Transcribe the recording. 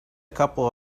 couple